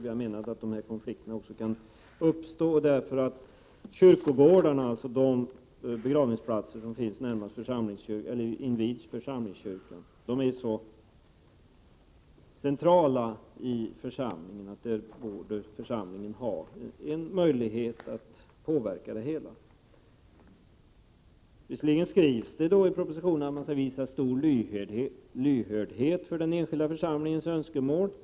Vi har menat att dessa konflikter också kan uppstå därför att kyrkogårdarna, de begravningsplatser som finns invid församlingskyrkan, är så centrala i församlingen att församlingen borde ha en möjlighet att påverka det hela. Visserligen skrivs det i propositionen att man skall visa stor lyhördhet för den enskilda församlingens önskemål.